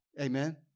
Amen